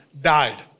died